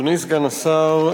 אדוני סגן השר,